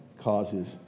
causes